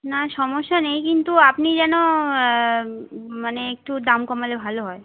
না সমস্যা নেই কিন্তু আপনি যেন মানে একটু দাম কমালে ভালো হয়